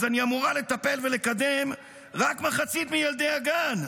אז אני אמורה לטפל ולקדם רק מחצית מילדי הגן,